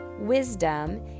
wisdom